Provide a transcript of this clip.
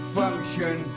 function